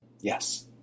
Yes